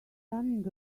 running